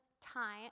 time